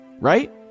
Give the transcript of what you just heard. right